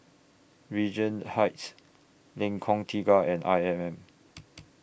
Regent Heights Lengkong Tiga and I M M